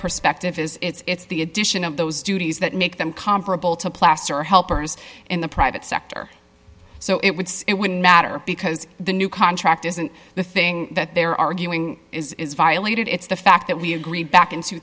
perspective is it's the addition of those duties that make them comparable to placer helpers in the private sector so it would say it wouldn't matter because the new contract isn't the thing that they're arguing is violated it's the fact that we agree back in two